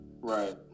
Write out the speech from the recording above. Right